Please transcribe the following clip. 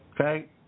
Okay